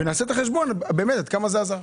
כדי לעשות חשבון ולראות כמה זה עזר.